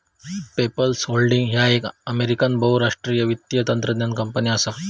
PayPal holdings ह्या एक American बहुराष्ट्रीय वित्तीय तंत्रज्ञान कंपनी असा